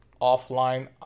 offline